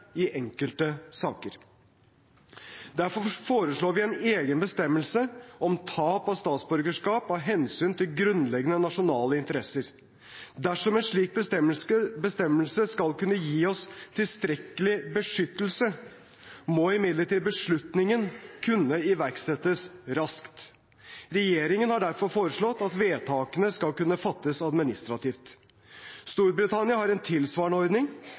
i enkelte saker. Derfor foreslår vi en egen bestemmelse om tap av statsborgerskap av hensyn til grunnleggende nasjonale interesser. Dersom en slik bestemmelse skal kunne gi oss tilstrekkelig beskyttelse, må imidlertid beslutningen kunne iverksettes raskt. Regjeringen har derfor foreslått at vedtakene skal kunne fattes administrativt. Storbritannia har en tilsvarende ordning